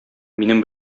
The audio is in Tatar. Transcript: минем